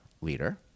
leader